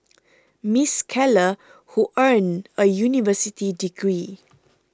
Miss Keller who earned a university degree